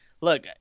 look –